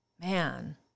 man